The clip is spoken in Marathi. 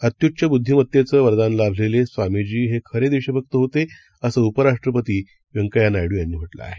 अत्युच्चबुद्धिमत्तेचंवरदानलाभलेलेस्वामीजीहेखरेदेशभक्तहोते असंउपराष्ट्रपतीव्यंकय्यानायडूयांनीम्हटलंआहे